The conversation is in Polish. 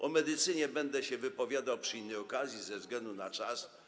O medycynie będę się wypowiadał przy innej okazji ze względu na czas.